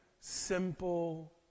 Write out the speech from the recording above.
simple